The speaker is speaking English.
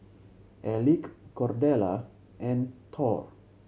Elick Cordella and Thor